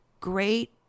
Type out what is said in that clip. great